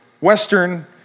Western